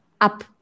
up